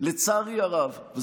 שלמה של הצעות חוק